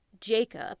Jacob